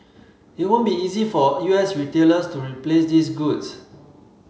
it won't be easy for U S retailers to replace these goods